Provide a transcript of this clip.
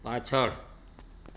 પાછળ